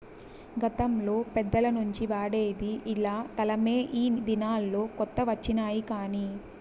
గతంలో పెద్దల నుంచి వాడేది ఇలా తలమే ఈ దినాల్లో కొత్త వచ్చినాయి కానీ